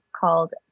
called